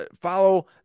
follow